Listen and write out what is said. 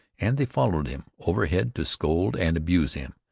and they followed him overhead to scold and abuse him,